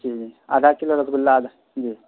جی آدھا کلو رسگلہ آدھا جی